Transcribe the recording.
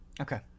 Okay